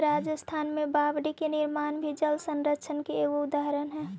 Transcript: राजस्थान में बावडि के निर्माण भी जलसंरक्षण के एगो उदाहरण हई